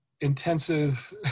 intensive